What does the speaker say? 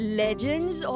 legends